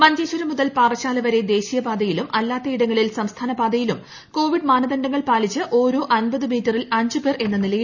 മുഞ്ചേശ്ചരം മുതൽ പാറശ്ശാല വരെ ദേശീയപാതയിലും അല്ലാത്തൃ ഇടങ്ങളിൽ സംസ്ഥാന പാതയിലും കോവിഡ് മാനദണ്ഡങ്ങൾപ്പില്ലിച്ച് ഓരോ അമ്പത് മീറ്ററിൽ അഞ്ചുപേർ എന്ന രീതീയിലാണ് സമരം